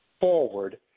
Forward